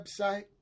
website